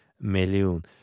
million